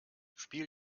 spiel